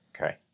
Okay